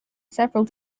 several